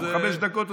אנחנו חמש דקות עושים.